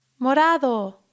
Morado